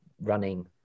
running